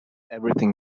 everything